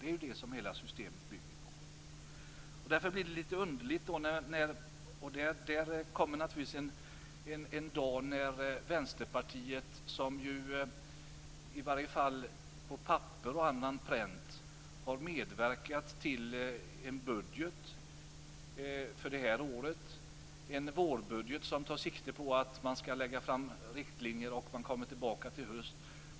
Det är det hela systemet bygger på. Vänsterpartiet har, i varje fall på papperet, medverkat till en budget för det här året - en vårbudget som tar sikte på att man skall lägga fram riktlinjer och komma tillbaka i höst.